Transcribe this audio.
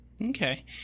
Okay